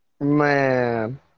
Man